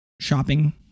shopping